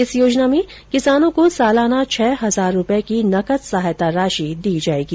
इस योजना में किसानों को सालाना छह हजार रूपए की नकद सहायता राशि दी जाएगी